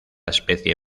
especie